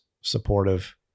supportive